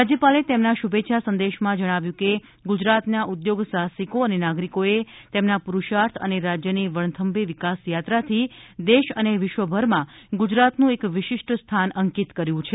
રાજ્યપાલે તેમના શુભેચ્છા સંદેશામાં જણાવ્યું કે ગુજરાતના ઉદ્યોગ સાહસિકો અને નાગરિકોએ તેમના પુરુષાર્થ અને રાજ્યની વણથંભી વિકાસયાત્રાથી દેશ અને વિશ્વભરમાં ગુજરાતનું એક વિશિષ્ઠ સ્થાન અંકિત કર્યું છે